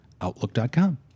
outlook.com